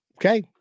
Okay